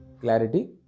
Clarity